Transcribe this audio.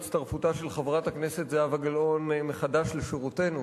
עם הצטרפותה של חברת הכנסת גלאון מחדש לשורותינו,